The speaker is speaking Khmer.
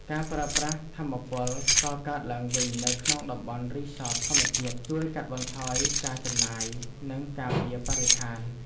ការប្រើប្រាស់ថាមពលកកើតឡើងវិញនៅក្នុងតំបន់រីសតធម្មជាតិជួយកាត់បន្ថយការចំណាយ និងការពារបរិស្ថាន។